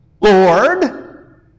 Lord